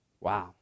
wow